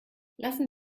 lassen